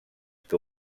que